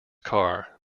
car